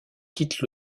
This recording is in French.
quitte